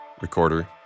recorder